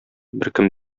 беркем